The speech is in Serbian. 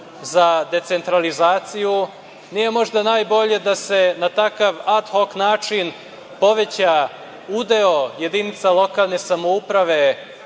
za decentralizaciju, nije možda najbolje da se na takav ad hok način poveća udeo jedinica lokalne samouprave